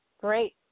Great